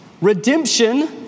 redemption